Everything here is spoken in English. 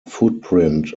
footprint